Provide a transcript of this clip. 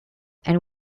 and